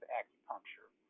acupuncture